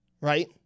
right